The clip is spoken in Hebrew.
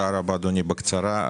תודה רבה, אדוני, בקצרה.